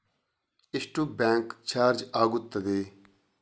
ಎಷ್ಟು bank charge ಆಗುತ್ತದೆ?